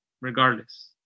regardless